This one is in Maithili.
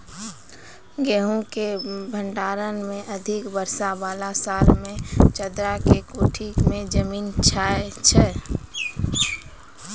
गेहूँ के भंडारण मे अधिक वर्षा वाला साल मे चदरा के कोठी मे जमीन जाय छैय?